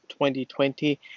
2020